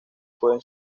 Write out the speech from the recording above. pueden